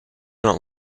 not